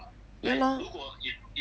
ya lor